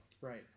Right